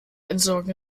entsorgen